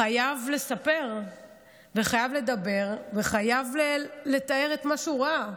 חייב לספר וחייב לדבר וחייב לתאר את מה שהוא ראה.